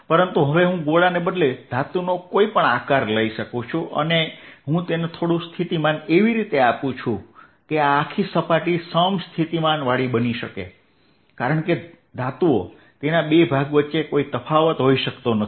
પરંતુ હવે હું ગોળાને બદલે ધાતુનો કોઈપણ આકાર લઈ શકું છું અને હું તેને થોડું સ્થિતિમાન એવી રીતે આપું છું કે આ આખી સપાટી સમસ્થિતિમાનવાળી બની શકે છે કારણ કે ધાતુઓ તેના બે ભાગો વચ્ચે કોઈ તફાવત હોઈ શકતો નથી